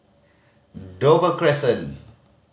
Dover Crescent